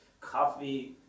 coffee